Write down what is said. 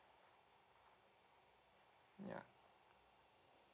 ya